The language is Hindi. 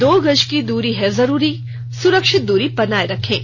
दो गज की दूरी है जरूरी सुरक्षित दूरी बनाए रखें